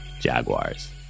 jaguars